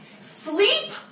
sleep